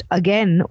again